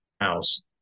house